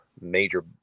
major